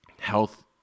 health